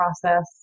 process